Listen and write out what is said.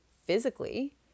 physically